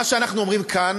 מה שאנחנו אומרים כאן